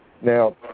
Now